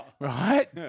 right